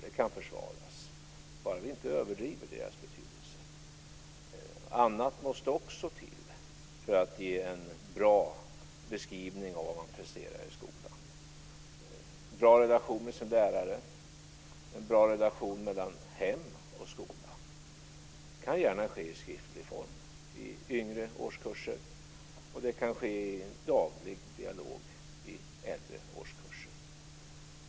Det kan försvaras, bara vi inte överdriver deras betydelse. Annat måste också till för att ge en bra beskrivning av vad man presterar i skolan. Det är viktigt med en bra relation med sin lärare och en bra relation mellan hem och skola. Det kan gärna ske i skriftlig form i yngre årskurser och i daglig dialog i äldre årskurser.